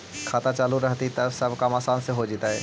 खाता चालु रहतैय तब सब काम आसान से हो जैतैय?